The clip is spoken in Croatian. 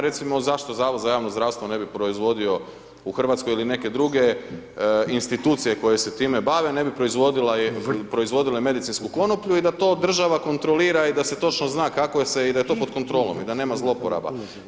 Recimo zašto Zavod za javno zdravstvo ne bi proizvodio u Hrvatskoj ili neke druge institucije koje se time bave ne bi proizvodile medicinsku konoplju i da to država kontrolira i da se točno zna kako se i da je to pod kontrolom i da nema zlouporaba.